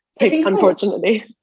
unfortunately